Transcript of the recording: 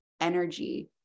energy